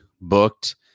booked